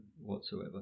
whatsoever